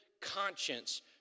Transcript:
conscience